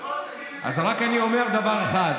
אני רק אומר דבר אחד,